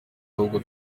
ahubwo